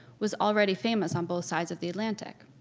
was already famous on both sides of the atlantic.